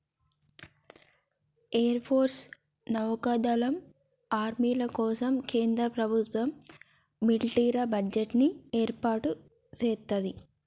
air force, నౌకా దళం, ఆర్మీల కోసం కేంద్ర ప్రభుత్వం మిలిటరీ బడ్జెట్ ని ఏర్పాటు సేత్తది